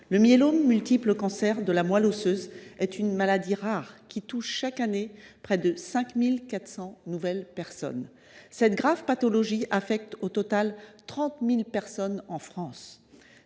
le myélome multiple, cancer de la moelle osseuse, est une maladie rare qui touche chaque année près de 5 400 nouvelles personnes. Cette grave pathologie affecte, au total, 30 000 personnes en France.